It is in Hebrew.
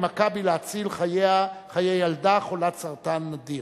"מכבי" להציל חיי ילדה חולת סרטן נדיר.